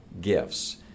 gifts